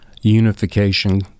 unification